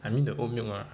I mean the oat milk ah